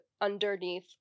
underneath